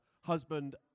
husband